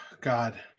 God